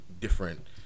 different